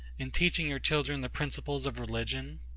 in teaching your children the principles of religion?